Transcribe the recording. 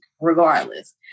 regardless